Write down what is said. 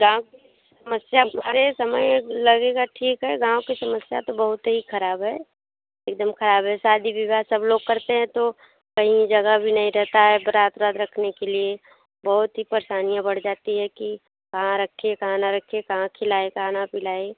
गाँव की समस्या अरे समय लगेगा ठीक है गाँव की समस्या तो बहुत ही खराब है एकदम खराब है शादी विवाह सब लोग करते हैं तो कहीं जगह भी नहीं रहता है बरात ओरात रखने के लिए बहुत ही परेशानियाँ बढ़ जाती हैं कि कहाँ रखे कहाँ ना रखे कहाँ खिलाएं कहाँ ना पिलाएं